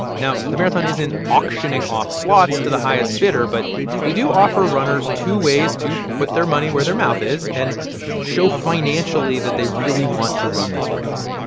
now, the marathon isn't auctioning off slots to the highest bidder, but they do offer runners two ways to put their money where their mouth is and show financially that they really want to run this race.